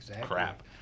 crap